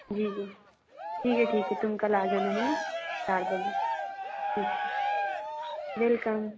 जी जी ठीक है ठीक है तुम कल आ जाना हैं ना चार बजे ठीक है वेलकम